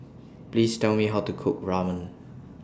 Please Tell Me How to Cook Ramen